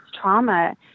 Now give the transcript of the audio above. trauma